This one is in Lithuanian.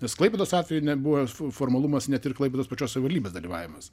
nes klaipėdos atveju ne buvo formalumas net ir klaipėdos pačios savivaldybės dalyvavimas